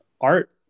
art